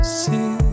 see